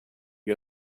get